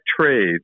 trades